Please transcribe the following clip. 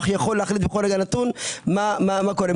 יכול להחליט בכל רגע נתון מה קורה.